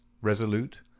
resolute